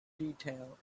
detail